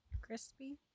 crispy